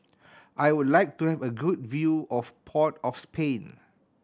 I would like to have a good view of Port of Spain